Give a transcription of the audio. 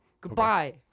Goodbye